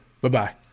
Bye-bye